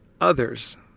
others